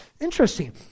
interesting